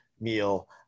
meal